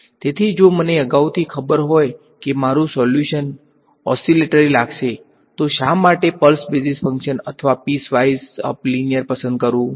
તેથી જો મને અગાઉથી ખબર હોય કે મારું સોલ્યુશન ઓસીલેટરી લાગશે તો શા માટે પલ્સ બેઝિસ ફંક્શન અથવા પીસવાઇઝ અપ લીનીયર પસંદ કરુ